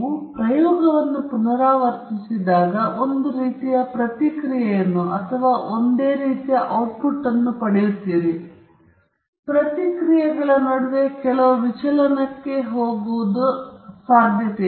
ನೀವು ಪ್ರಯೋಗವನ್ನು ಪುನರಾವರ್ತಿಸಿದಾಗ ನೀವು ಒಂದೇ ರೀತಿಯ ಪ್ರತಿಕ್ರಿಯೆಯನ್ನು ಅಥವಾ ಒಂದೇ ರೀತಿಯ ಔಟ್ಪುಟ್ ಅನ್ನು ಪಡೆಯುತ್ತೀರಿ ಪ್ರತಿಕ್ರಿಯೆಗಳ ನಡುವೆ ಕೆಲವು ವಿಚಲನಕ್ಕೆ ಹೋಗುವುದು ಸಾಧ್ಯತೆ